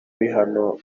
bihano